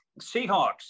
Seahawks